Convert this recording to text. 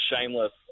Shameless